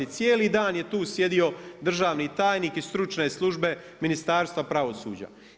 Cijeli dan je tu sjedio državni tajnik iz stručne službe Ministarstva pravosuđa.